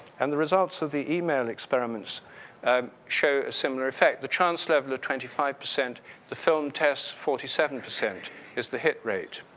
and the results of the email experiments show a similar effect, the chance level of twenty five, the film test forty seven percent is the hit rate.